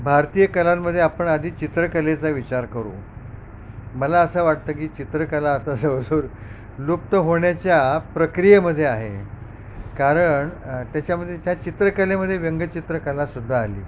भारतीय कलांमध्ये आपण आधी चित्रकलेचा विचार करू मला असं वाटतं की चित्रकला आता जवळजवळ लुप्त होण्याच्या प्रक्रियेमधे आहे कारण त्याच्यामधे त्याच्यामधे त्या चित्रकलेमध्ये व्यंगचित्रकला सुद्धा आली